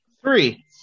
Three